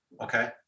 Okay